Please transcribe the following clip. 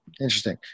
Interesting